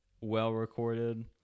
well-recorded